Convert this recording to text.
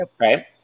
right